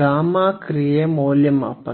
gamma ಕ್ರಿಯೆಯ ಮೌಲ್ಯಮಾಪನ